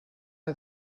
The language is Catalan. una